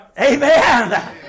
Amen